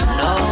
no